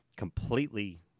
completely